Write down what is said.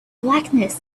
blackness